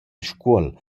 scuol